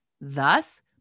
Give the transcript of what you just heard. Thus